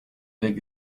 avec